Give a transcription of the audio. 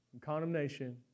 condemnation